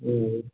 ओ